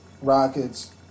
Rockets